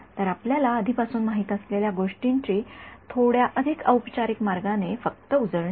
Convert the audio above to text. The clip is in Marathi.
तर आपल्याला आधीपासून माहित असलेल्या गोष्टींची थोड्या अधिक औपचारिक मार्गाने फक्त उजळणी